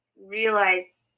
realize